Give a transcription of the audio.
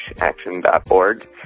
action.org